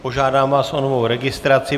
Požádám vás o novou registraci.